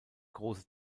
große